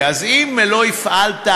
אז אם לא הפעלת,